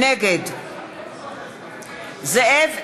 נגד זאב אלקין,